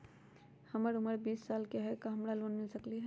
हमर उमर बीस साल हाय का हमरा लोन मिल सकली ह?